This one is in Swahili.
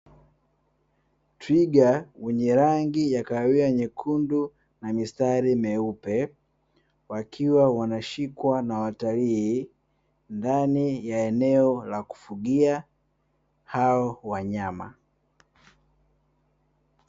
Twiga mwenye rangi ya kahawia nyekundu na mistari myeupe wakiwa wanashikwa na watalii, ndani ya eneo la kufugia hao wanyama.